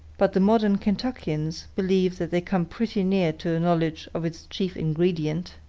but the modern kentuckians believe that they come pretty near to a knowledge of its chief ingredient.